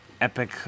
epic